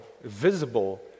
visible